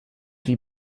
wie